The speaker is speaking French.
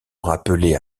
rappeler